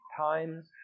times